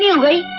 yeah away.